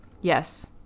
Yes